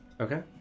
Okay